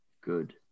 good